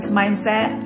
mindset